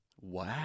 Wow